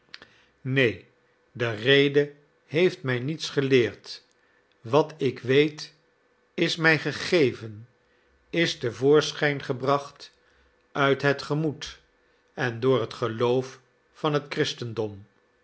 neen de rede heeft mij niets geleerd wat ik weet is mij gegeven is te voorschijn gebracht uit het gemoed en door het geloof van het christendom